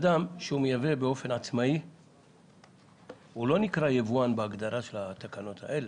אדם שמייבא באופן עצמאי לא נקרא יבואן בהגדרה של התקנות האלה,